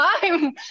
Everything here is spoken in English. time